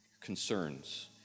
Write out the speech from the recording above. concerns